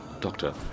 Doctor